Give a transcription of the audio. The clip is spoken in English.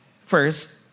first